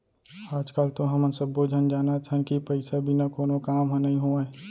आज काल तो हमन सब्बो झन जानत हन कि पइसा बिना कोनो काम ह नइ होवय